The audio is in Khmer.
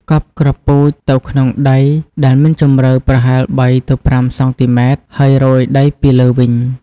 កប់គ្រាប់ពូជទៅក្នុងដីដែលមានជម្រៅប្រហែល ៣ ទៅ ៥ សង់ទីម៉ែត្រ ហើយរោយដីពីលើវិញ។